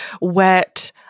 wet